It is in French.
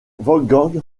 vaughan